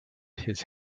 his